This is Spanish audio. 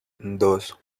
dos